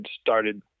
started